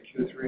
Q3